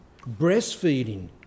breastfeeding